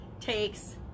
takes